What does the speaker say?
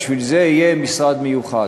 בשביל זה יהיה משרד מיוחד.